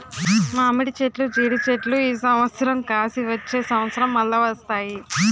మామిడి చెట్లు జీడి చెట్లు ఈ సంవత్సరం కాసి వచ్చే సంవత్సరం మల్ల వస్తాయి